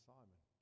Simon